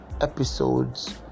episodes